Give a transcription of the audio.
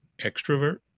extrovert